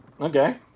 Okay